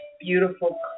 beautiful